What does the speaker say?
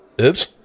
oops